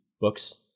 books